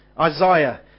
Isaiah